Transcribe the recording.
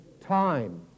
time